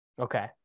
Okay